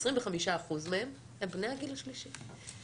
25% מהם הם בני הגיל השלישי.